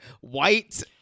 white